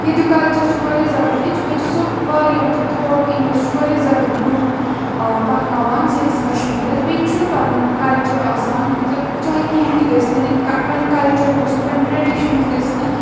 ییٚتیُک کَلچَر چھُ واریاہ زیادٕ رِچ بیٚیہِ چھُ سُہ واریاہ مطلب تھرٛوٗ آوُٹ اِنٛڈیا سُہ چھُ واریاہ برونٛہہ پَکناوان سٲنِس کشمیٖرَس بیٚیہِ چھُنہٕ پَنُن کَلچَر آسان مطلب چاہے کینٛہہ تہِ گٔژھۍ تَن پَنٕنۍ کَلچَر گوٚژھ نہٕ پَنٕنۍ ٹرٛٮ۪ڈِشنٕز گٔژھۍ نہٕ